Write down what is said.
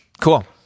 Cool